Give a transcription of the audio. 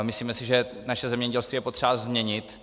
Myslíme si, že naše zemědělství je potřeba změnit.